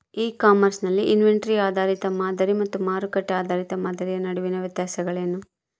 E commerce ನಲ್ಲಿ inventory ಆಧಾರಿತ ಮಾದರಿ ಮತ್ತು ಮಾರುಕಟ್ಟೆ ಆಧಾರಿತ ಮಾದರಿಯ ನಡುವಿನ ವ್ಯತ್ಯಾಸಗಳೇನು?